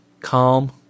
Calm